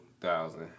thousand